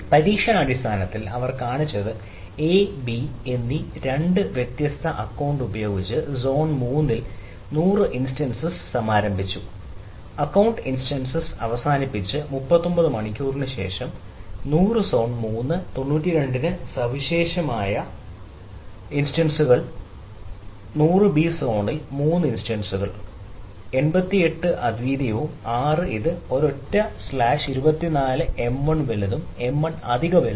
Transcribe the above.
പരീക്ഷണാടിസ്ഥാനത്തിൽ അവർ കാണിച്ചത് എ ബി എന്നീ രണ്ട് വ്യത്യസ്ത അക്കൌണ്ട് ഉപയോഗിച്ച് സോൺ മൂന്നിൽ നൂറ് ഇൻസ്റ്റൻസസ് സമാരംഭിച്ചു